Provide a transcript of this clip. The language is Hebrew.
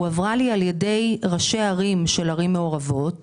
הועברה אליי על ידי ראשי ערים של ערבים מעורבות,